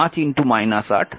সুতরাং p1 5 40 watt